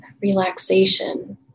relaxation